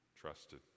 trusted